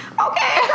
okay